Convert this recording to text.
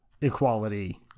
equality